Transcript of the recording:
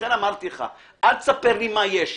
לכן אמרתי לך, אל תספר לי מה יש.